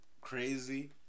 Crazy